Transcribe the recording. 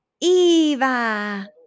Eva